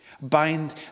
Bind